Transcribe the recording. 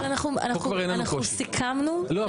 אבל אנחנו סיכמנו שאנחנו --- לא,